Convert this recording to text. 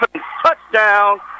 Touchdown